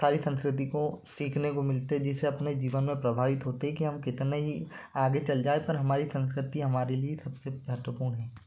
सारी संस्कृति कों सीखने को मिलते जिससे अपने जीवन में प्रभावित होते है कि हम कितने ही आगे चल जाएँ पर हमारी संस्कृति हमारे लिए सबसे महत्वपूर्ण है